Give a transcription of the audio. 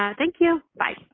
yeah thank you. bye.